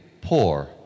poor